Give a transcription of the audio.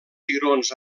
cigrons